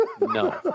No